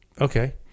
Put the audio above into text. Okay